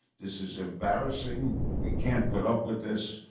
this is embarrassing we can't put up with this.